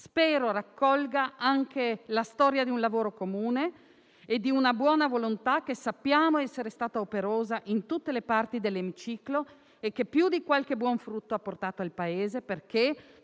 Spero raccolga anche la storia di un lavoro comune e di una buona volontà, che sappiamo essere stata operosa in tutte le parti dell'emiciclo e che più di qualche buon frutto ha portato al Paese.